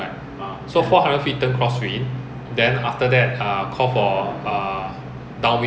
wayang 还是要 call out but after that 不要做就不用做 lor